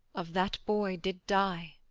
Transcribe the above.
of that boy did die